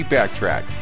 Backtrack